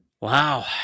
Wow